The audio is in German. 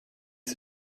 ist